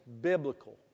biblical